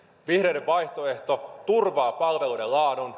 vihreiden vaihtoehto turvaa palveluiden laadun